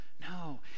No